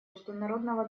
международного